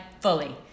fully